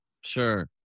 Sure